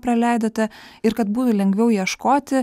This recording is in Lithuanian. praleidote ir kad būtų lengviau ieškoti